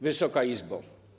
Wysoka Izbo!